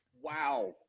wow